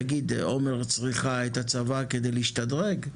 תגיד, עומר צריכה את הצבא כדי להשתרג?